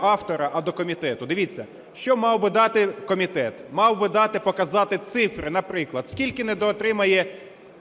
автора, а до комітету. Дивіться, що мав би дати комітет? Мав би дати, показати цифри, наприклад, скільки недоотримає бюджет